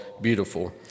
Beautiful